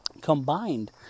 combined